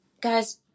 Guys